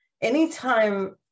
Anytime